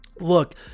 look